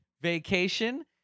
vacation